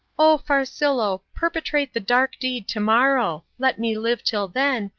oh, farcillo, perpetrate the dark deed tomorrow let me live till then,